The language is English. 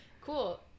cool